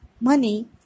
money